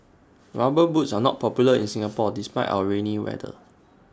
rubber boots are not popular in Singapore despite our rainy weather